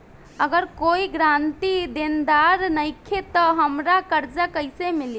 अगर कोई गारंटी देनदार नईखे त हमरा कर्जा कैसे मिली?